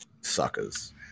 Suckers